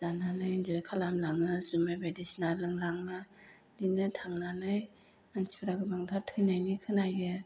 जानानै एन्जय खालाम लाङो जुमाय बायदिसिना लोंलाङो बिदिनो थांनानै मानसिफ्रा गोबांथार थैनायनि खोनायो